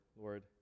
Lord